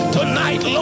Tonight